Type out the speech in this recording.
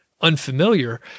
unfamiliar